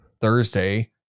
Thursday